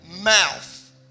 mouth